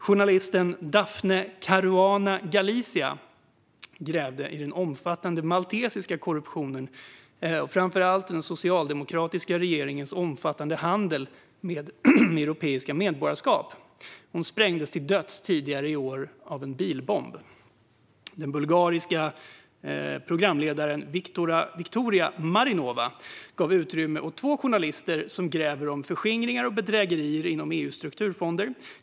Journalisten Daphne Caruana Galizia grävde i den omfattande maltesiska korruptionen och framför allt den socialdemokratiska regeringens storskaliga handel med europeiska medborgarskap. Hon sprängdes till döds av en bilbomb tidigare i år. Den bulgariska programledaren Viktoria Marinova gav utrymme åt två journalister som grävde om förskingringar och bedrägerier inom EU:s strukturfonder.